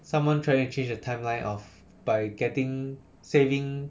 someone trying to change the timeline of by getting saving